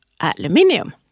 aluminium